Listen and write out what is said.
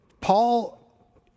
Paul